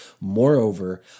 Moreover